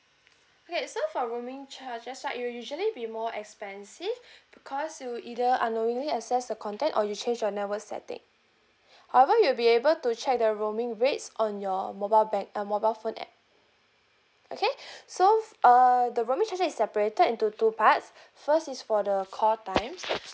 K so for roaming charges right you'll usually be more expensive because you either unknowingly access the content or you change your network setting however you will be able to check the roaming rates on your mobile bank uh mobile phone app okay so err the roaming charges is separated into two parts first is for the call time